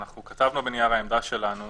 אנחנו כתבנו בנייר העמדה שלנו